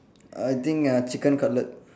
I think uh chicken cutlet